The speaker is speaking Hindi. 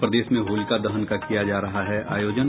और प्रदेश में होलिका दहन का किया जा रहा है आयोजन